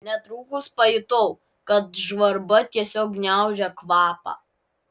netrukus pajutau kad žvarba tiesiog gniaužia kvapą